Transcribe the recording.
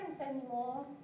anymore